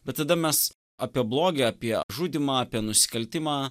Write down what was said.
bet tada mes apie blogį apie žudymą apie nusikaltimą